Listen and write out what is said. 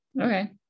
Okay